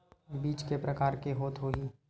बीज के प्रकार के होत होही?